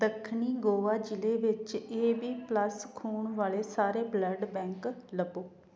ਦੱਖਣੀ ਗੋਆ ਜ਼ਿਲ੍ਹੇ ਵਿੱਚ ਏ ਬੀ ਪਲੱਸ ਖੂਨ ਵਾਲੇ ਸਾਰੇ ਬਲੱਡ ਬੈਂਕ ਲੱਭੋ